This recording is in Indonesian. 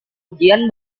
ujian